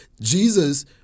Jesus